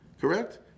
Correct